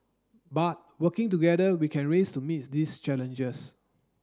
but working together we can raise to meet these challenges